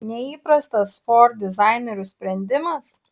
neįprastas ford dizainerių sprendimas